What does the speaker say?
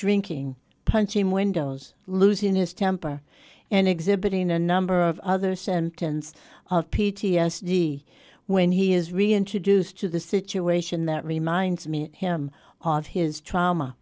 drinking punching windows losing his temper and exhibiting a number of other sentence of p t s d when he is reintroduced to the situation that reminds me him all of his trauma